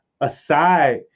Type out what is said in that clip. aside